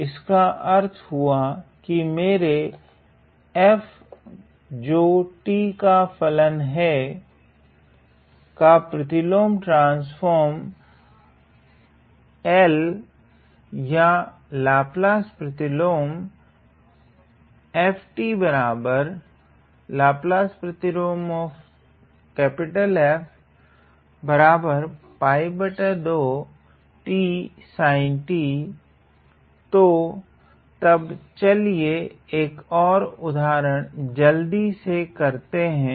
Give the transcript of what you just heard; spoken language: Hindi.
तो इसका अर्थ हुआ कि मेरे f जो t का फलन है का प्रतिलोम ट्रान्स्फ़ोर्म प्रतिलोम L या लाप्लास प्रतिलोम तो तब चलिए एक ओर उदाहरण जल्दी से करते है